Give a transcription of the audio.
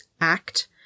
Act